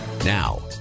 Now